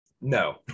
No